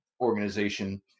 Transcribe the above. organization